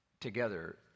together